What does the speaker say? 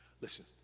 Listen